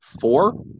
four